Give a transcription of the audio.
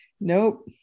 Nope